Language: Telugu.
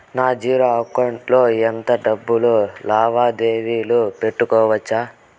నా జీరో అకౌంట్ లో ఎంత డబ్బులు లావాదేవీలు పెట్టుకోవచ్చు?